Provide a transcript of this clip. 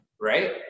Right